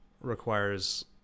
requires